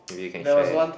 maybe you can share